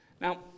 Now